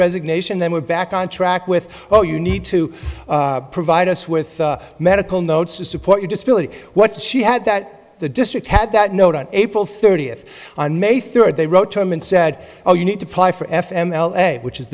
resignation then we're back on track with oh you need to provide us with medical notes to support your disability what she had that the district had that note on april thirtieth on may third they wrote to him and said oh you need to ply for f m l a which is